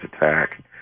attack